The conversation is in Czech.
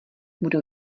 budu